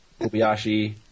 Kobayashi